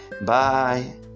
Bye